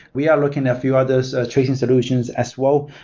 we are looking at few others tracing solutions as well.